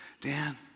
Dan